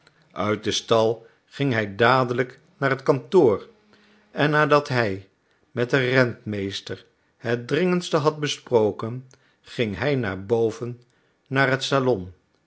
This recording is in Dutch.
uit den stal ging hij dadelijk naar het kantoor en nadat hij met den rentmeester het dringendste had besproken ging hij naar boven naar het salon